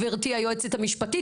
גברתי היועצת המשפטית,